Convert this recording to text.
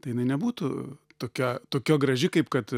tai jinai nebūtų tokia tokia graži kaip kad